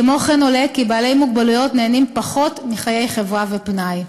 כמו כן עולה כי בעלי מוגבלויות נהנים פחות מחיי חברה ופנאי.